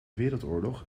wereldoorlog